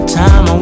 time